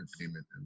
entertainment